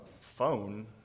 phone